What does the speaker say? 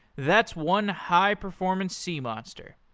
that's one high performance sea monster.